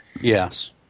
Yes